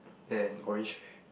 and orange chair